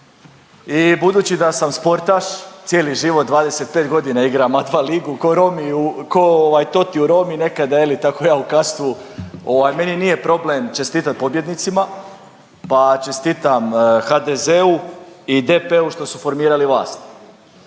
i budući da sam sportaš, cijeli život 25.g. igram ATV-a ligu, ko Romi u, ko ovaj Totti u Romi nekada je li, tako ja u Kastvu, ovaj meni nije problem čestitat pobjednicima, pa čestitam HDZ-u i DP-u što su formirali vlast.